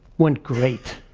went great.